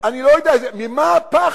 אני לא יודע ממה הפחד?